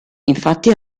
infatti